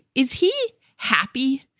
is he happy?